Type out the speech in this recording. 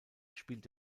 spielt